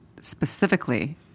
specifically